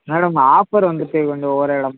madam offer வந்துட்டு கொஞ்சம் ஒவ்வொரு இடம்